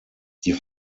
die